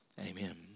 Amen